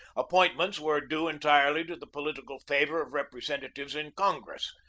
appointments were due en tirely to the political favor of representatives in congress.